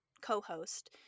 co-host